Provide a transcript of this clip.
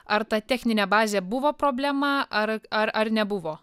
ar ta techninė bazė buvo problema ar ar ar nebuvo